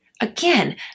Again